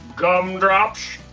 gum drops,